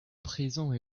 présent